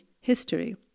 history